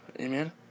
Amen